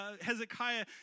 Hezekiah